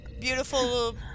beautiful